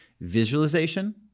visualization